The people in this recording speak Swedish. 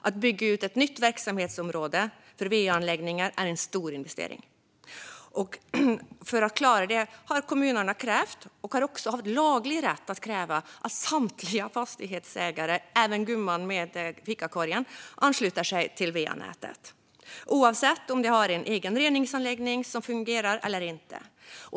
Att bygga ut ett nytt verksamhetsområde för va-anläggningar är en stor investering. För att klara av detta har kommunerna krävt, och har också haft laglig rätt att kräva, att samtliga fastighetsägare, även gumman med fikakorgen, ansluter sig till va-nätet, oavsett om de har en egen reningsanläggning som fungerar eller inte.